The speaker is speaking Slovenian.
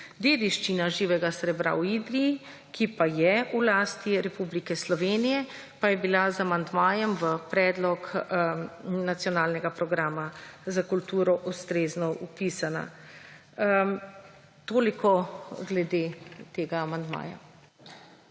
Dediščina živega srebra v Idriji, ki pa je v lasti Republike Slovenije pa je bila z amandmajem v predlog Nacionalnega programa za kulturo ustrezno zapisana. Toliko glede tega amandmaja.